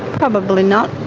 probably not.